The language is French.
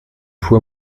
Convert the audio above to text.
fous